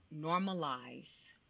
normalize